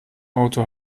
auto